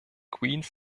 queens